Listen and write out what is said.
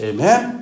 Amen